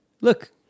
Look